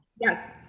yes